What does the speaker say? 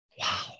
wow